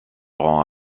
rend